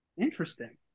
Interesting